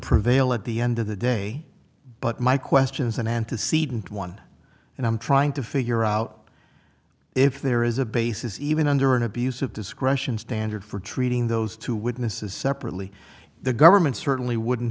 prevail at the end of the day but my question is an antecedent one and i'm trying to figure out if there is a basis even under an abuse of discretion standard for treating those two witnesses separately the government certainly wouldn't